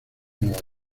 nueva